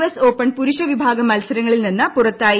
S open പുരുഷവിഭാഗം ് മത്സരങ്ങളിൽ നിന്ന് പുറത്തായി